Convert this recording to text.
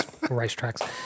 racetracks